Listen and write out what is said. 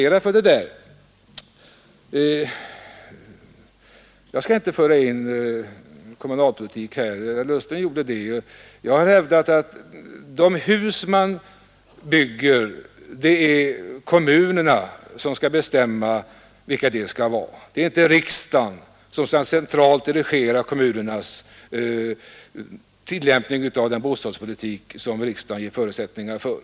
Jag skall inte föra in kommunalpolitik, som herr Ullsten gjorde. Jag har hävdat att det är kommunerna som skall bestämma vilka hus som skall byggas; det är inte riksdagen som centralt skall dirigera kommunernas tillämpning av den bostadspolitik som riksdagen ger förutsättningar för.